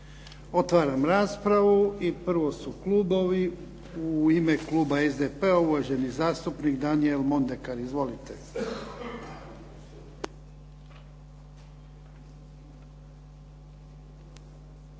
Otvaram raspravu. I prvo su klubovi. U ime kluba SDP-a, uvaženi zastupnik Daniel Mondekar. Izvolite.